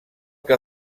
que